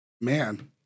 Man